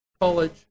college